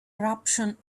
eruption